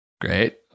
Great